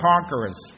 conquerors